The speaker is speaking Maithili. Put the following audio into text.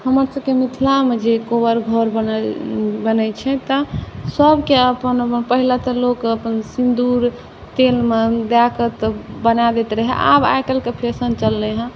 हमरसबके मिथिलामे जे कोहबर घर बनल बनै छै तऽ सबके अपन अपन पहिले तऽ लोक अपन सिन्दूर तेलमे दऽ कऽ तऽ बना दैत रहै आब आइ काल्हिके फैशन चलले हँ